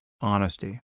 honesty